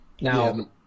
Now